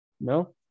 No